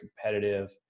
competitive